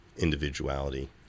individuality